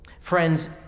Friends